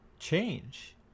change